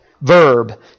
verb